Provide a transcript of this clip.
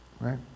Right